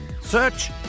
Search